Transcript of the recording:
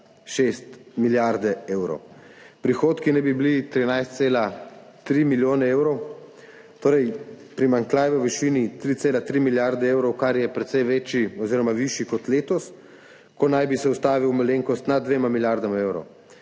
milijarde evrov. Prihodki naj bi bili 13,3 milijona evrov, torej primanjkljaj v višini 3,3 milijarde evrov, kar je precej višji kot letos, ko naj bi se ustavil malenkost nad 2 milijardama evrov.